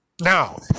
Now